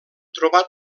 trobat